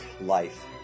life